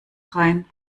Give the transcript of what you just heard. rein